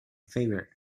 favorite